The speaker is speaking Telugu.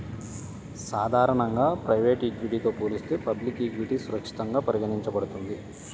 సాధారణంగా ప్రైవేట్ ఈక్విటీతో పోలిస్తే పబ్లిక్ ఈక్విటీ సురక్షితంగా పరిగణించబడుతుంది